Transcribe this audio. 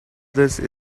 this